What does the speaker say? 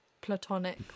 platonic